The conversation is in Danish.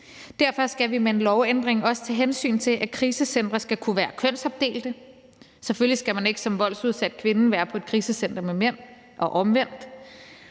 Derfor skal vi med en lovændring også tage hensyn til, at krisecentre skal kunne være kønsopdelte. Selvfølgelig skal man ikke som voldsudsat kvinde være på et krisecenter med mænd og omvendt.